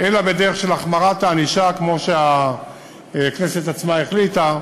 אלא בדרך של החמרת הענישה כמו שהכנסת עצמה החליטה,